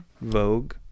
vogue